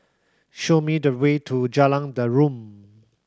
show me the way to Jalan Derum